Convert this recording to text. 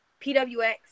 PWX